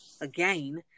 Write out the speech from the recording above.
again